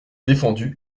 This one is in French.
défendu